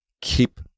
keep